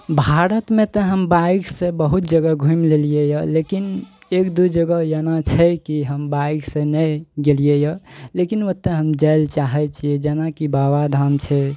भारतमे तऽ हम बाइकसँ बहुत जगह घुमि लेलियइ यऽ लेकिन एक दू जगह जाना छै की हम बाइकसँ नहि गेलियइ यऽ लेकिन ओतय हम जाइ लए चाहय छियै जेनाकि बाबाधाम छै